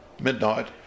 midnight